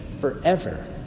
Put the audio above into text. forever